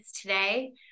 today